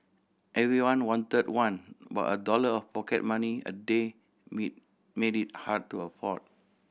everyone wanted one but a dollar of pocket money a day made made it hard to afford